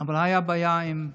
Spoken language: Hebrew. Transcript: אבל הייתה בעיה עם,